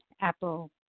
Apple